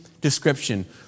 description